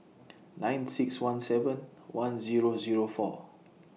nine six one seven one Zero Zero four